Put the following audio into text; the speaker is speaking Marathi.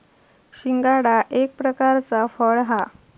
शिंगाडा एक प्रकारचा फळ हा